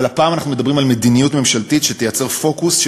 אבל הפעם אנחנו מדברים על מדיניות ממשלתית שתייצר פוקוס,